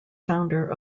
founder